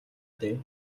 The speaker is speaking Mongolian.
дээ